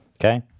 okay